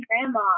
grandma